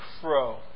fro